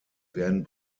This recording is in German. werden